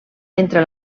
entre